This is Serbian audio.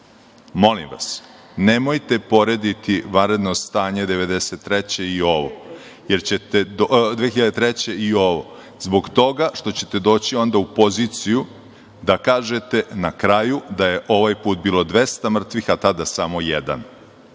molim vas, nemojte porediti vanredno stanje 2003. godine i ovo, zbog toga što ćete doći u poziciju da kažete na kraju da je ovaj put bilo 200 mrtvih, a tada samo jedan.